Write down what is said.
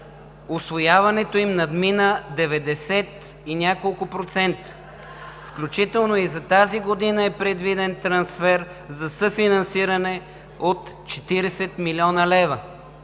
усвояването им надмина деветдесет и няколко процента, включително и за тази година е предвиден трансфер за съфинансиране от 40 млн. лв.